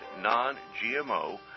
non-GMO